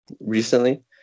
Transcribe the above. recently